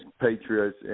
patriots